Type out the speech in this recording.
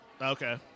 Okay